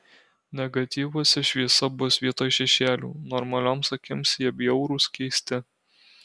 negatyvuose šviesa bus vietoj šešėlių normalioms akims jie bjaurūs keisti